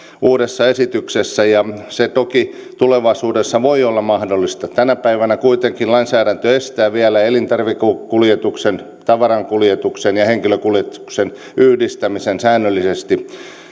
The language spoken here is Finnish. uudessa esityksessä ja se toki tulevaisuudessa voi olla mahdollista tänä päivänä kuitenkin lainsäädäntö estää vielä elintarvikekuljetuksen tavarankuljetuksen ja henkilökuljetuksen yhdistämisen säännöllisesti